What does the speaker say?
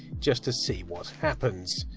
just to see what happens.